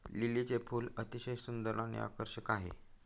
लिलीचे फूल अतिशय सुंदर आणि आकर्षक आहे